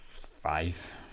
five